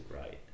right